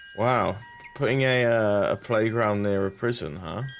wow putting a a playground there a prison, huh?